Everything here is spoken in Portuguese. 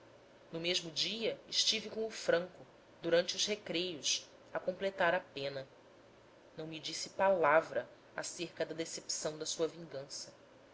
no mesmo dia estive com o franco durante os recreios a completar a pena não me disse palavra acerca da decepção da sua vingança